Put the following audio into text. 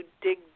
dig